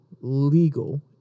legal